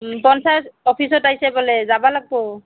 পঞ্চায়ত অফিচত আহিছে বোলে যাবা লাগবো